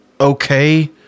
okay